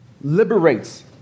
liberates